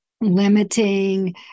limiting